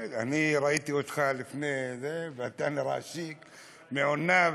אני ראיתי אותך לפני זה ואתה נראה שיק, מעונב.